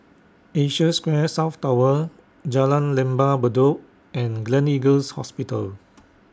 Asia Square South Tower Jalan Lembah Bedok and Gleneagles Hospital